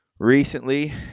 Recently